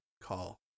call